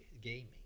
gaming